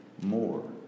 more